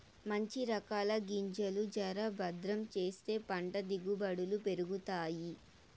మంచి రకాల గింజలు జర భద్రం చేస్తే పంట దిగుబడులు పెరుగుతాయి